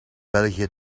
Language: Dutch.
belgië